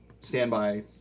standby